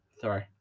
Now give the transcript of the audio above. Sorry